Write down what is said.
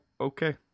okay